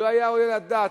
לא היה עולה על הדעת,